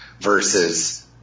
versus